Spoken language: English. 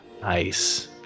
Nice